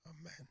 Amen